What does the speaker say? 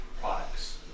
products